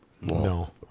No